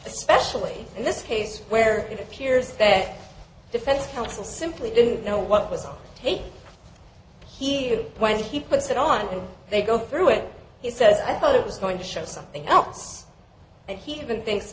especially in this case where it appears that defense counsel simply didn't know what was on tape here when he puts it on and they go through it he says i thought it was going to show something else and he even thinks